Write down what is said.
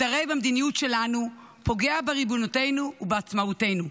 מתערב במדיניות שלנו, פוגע בריבונותנו ובעצמאותנו.